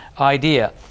idea